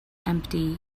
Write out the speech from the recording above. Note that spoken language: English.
empty